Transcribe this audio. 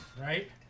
right